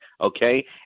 okay